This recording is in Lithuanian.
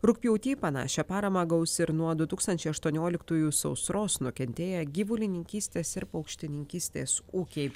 rugpjūtį panašią paramą gaus ir nuo du tūkstančiai aštuonioliktųjų sausros nukentėję gyvulininkystės ir paukštininkystės ūkiai